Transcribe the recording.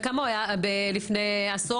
וכמה הוא היה לפני עשור?